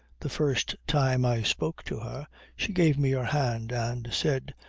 the first time i spoke to her she gave me her hand and said,